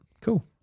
cool